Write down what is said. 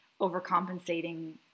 overcompensating